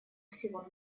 всего